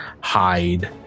hide